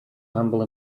humble